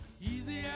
easy